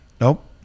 Nope